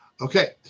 Okay